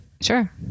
Sure